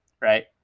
right